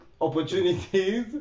opportunities